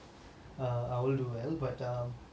err I will do well but um